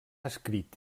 escrit